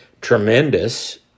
tremendous